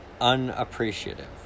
unappreciative